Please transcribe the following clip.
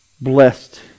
blessed